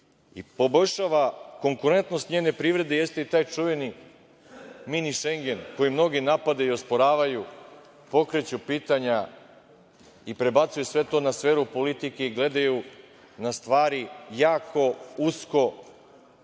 i poboljšava konkurentnost njene privrede jeste i taj čuveni „mini Šengen“, koji mnogi napadaju i osporavaju, pokreću pitanja i prebacuju sve to na sferu politike i gledaju na stvari jako usko